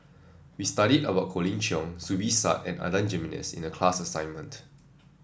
we studied about Colin Cheong Zubir Said and Adan Jimenez in the class assignment